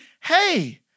hey